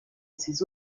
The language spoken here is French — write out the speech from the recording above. ses